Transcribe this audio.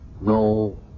No